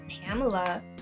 Pamela